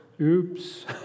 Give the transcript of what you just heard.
Oops